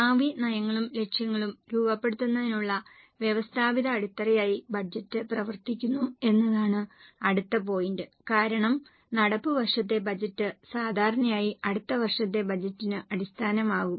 ഭാവി നയങ്ങളും ലക്ഷ്യങ്ങളും രൂപപ്പെടുത്തുന്നതിനുള്ള വ്യവസ്ഥാപിത അടിത്തറയായി ബജറ്റ് പ്രവർത്തിക്കുന്നു എന്നതാണ് അടുത്ത പോയിന്റ് കാരണം നടപ്പുവർഷത്തെ ബജറ്റ് സാധാരണയായി അടുത്ത വർഷത്തെ ബജറ്റിന് അടിസ്ഥാനമാകും